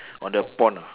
on the pond ah